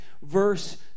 Verse